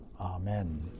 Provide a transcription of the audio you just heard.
Amen